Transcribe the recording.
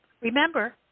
remember